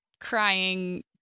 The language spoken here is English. crying